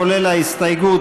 כולל את ההסתייגות,